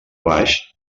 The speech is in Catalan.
baix